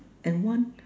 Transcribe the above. and one